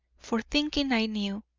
for thinking i knew,